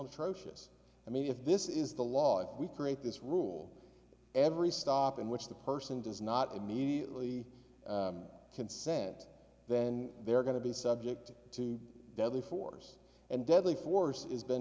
atrocious i mean if this is the law if we create this rule every stop in which the person does not immediately consent then they're going to be subject to deadly force and deadly force is been